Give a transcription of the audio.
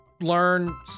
learn